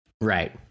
Right